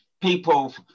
people